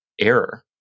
error